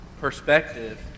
perspective